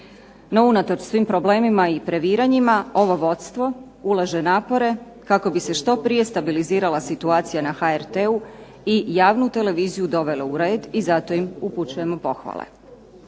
No unatoč svim problemima i previranjima ovo vodstvo ulaže napore kako bi se što prije stabilizirala situacija na HRT-u i javnu televiziju dovela u red i zato im upućujemo pohvale.